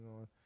on